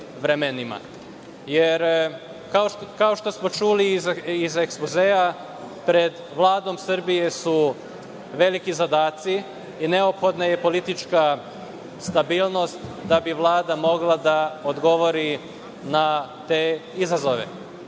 Jer, kao što smo čuli iza ekspozea, pred Vladom Srbije su veliki zadaci i neophodna je politička stabilnost da bi Vlada mogla da odgovori na te izazove. Želeo